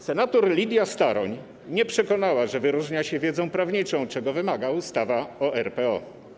Senator Lidia Staroń nie przekonała, że wyróżnia się wiedzą prawniczą, czego wymaga ustawa o RPO.